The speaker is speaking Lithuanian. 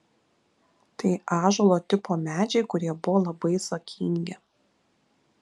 tai ąžuolo tipo medžiai kurie buvo labai sakingi